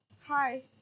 Hi